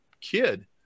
kid